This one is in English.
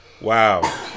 wow